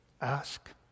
ask